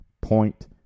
point